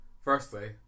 Firstly